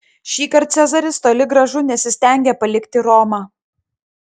šįkart cezaris toli gražu nesistengė palikti romą